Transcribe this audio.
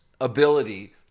ability